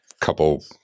couple